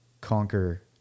conquer